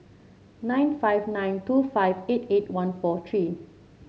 nine five nine two five eight eight one four three